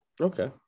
okay